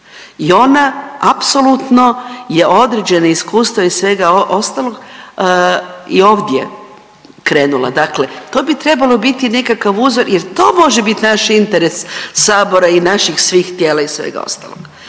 I ona apsolutno je određeno iskustvo i svega ostalog i ovdje krenula. Dakle, to bi trebalo biti nekakav uzor jer to može biti naš interes sabora i naših svih tijela i svega ostaloga.